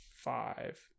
five